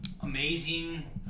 Amazing